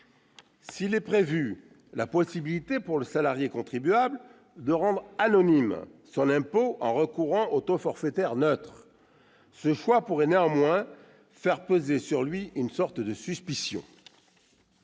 S'il est prévu la possibilité pour le salarié contribuable de rendre anonyme son impôt en recourant au taux forfaitaire neutre, ce choix pourrait néanmoins faire peser sur lui une sorte de suspicion.